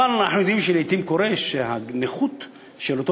אבל אנחנו יודעים שלעתים קורה שהנכות של אותו